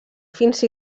fins